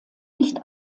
nicht